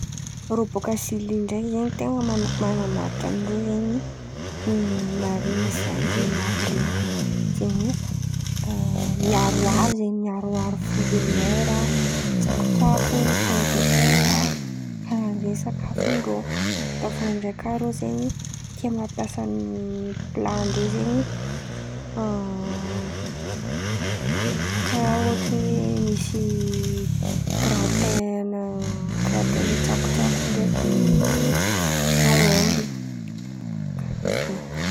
Rô bòka Sily ndreky zen̈y ten̈a mana- manamarika amindrô zen̈y ny marìnina sy anginina àby ren̈y. Zen̈y oe miaroaro zen̈y miaroaro frÿ de mera, tsakotsako, pômy de tera karà zen̈y sakafondrô. Aviô aminjay kà rô zen̈y tia mampiasa pilà-ndrô zen̈y karà ohatran'ny misy giratain ana giratain ny tsakotsako ndreky aomby. Karà zen̈y.